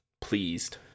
pleased